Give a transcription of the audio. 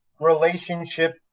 relationship